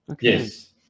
Yes